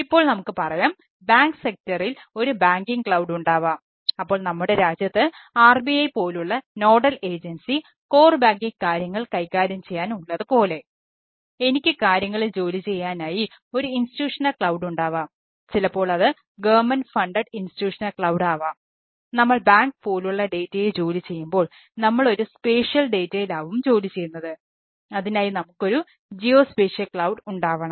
ഇപ്പോൾ നമുക്ക് പറയാം ബാങ്ക് സെക്ടറിൽ ഉണ്ടാവണം